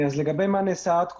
לגבי מה נעשה עד כה,